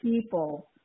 people